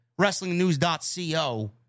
wrestlingnews.co